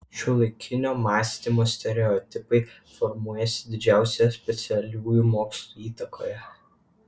šiuolaikinio mąstymo stereotipai formuojasi didžiausioje specialiųjų mokslų įtakoje